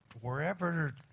wherever